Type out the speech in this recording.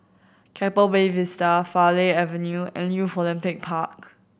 Keppel Bay Vista Farleigh Avenue and Youth Olympic Park